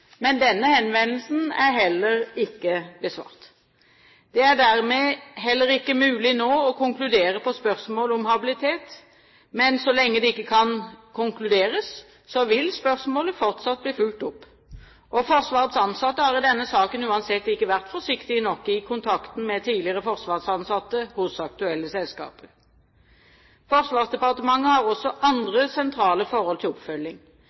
men denne henvendelsen er heller ikke besvart. Det er dermed heller ikke mulig nå å konkludere i spørsmålet om habilitet, men så lenge det ikke kan konkluderes, vil spørsmålet fortsatt bli fulgt opp. Forsvarets ansatte har i denne saken uansett ikke vært forsiktige nok i kontakten med tidligere forsvarsansatte hos aktuelle selskaper. Forsvarsdepartementet har også andre sentrale forhold til oppfølging.